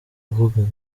avugana